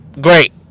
great